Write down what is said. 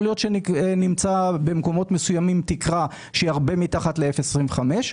יכול להיות שבמקומות מסוימים נמצא תקרה שהיא הרבה מתחת ל-0.25%,